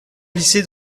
glissé